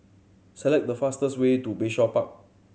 select the fastest way to Bayshore Park